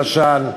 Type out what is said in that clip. למשל.